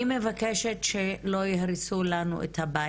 אני רוצה לדעת במה